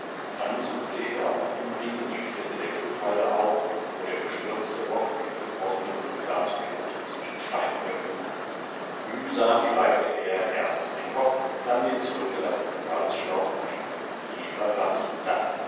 dann suchte er auf umwegen die stelle der schutthalde auf wo der gestürzte bock mit gebrochenem rückgrat tot zwischen steinblöcken lag mühsam schleifte er erst den bock dann den zurückgelassenen salzschlauch heim eva war nicht da